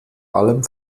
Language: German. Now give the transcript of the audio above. allem